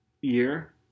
year